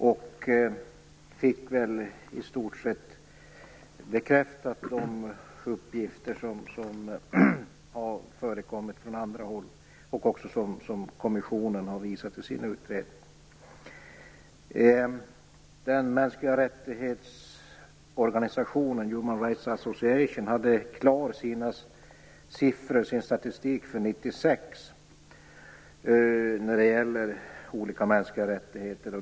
Jag fick i stort sett bekräftat de uppgifter som har förekommit från andra håll, och som kommissionen har visat i sina utredningar. Rights Association har klar sin statistik för 1996 när det gäller olika mänskliga rättigheter.